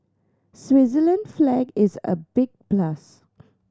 Switzerland flag is a big plus